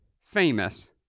Famous